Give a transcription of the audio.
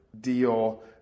deal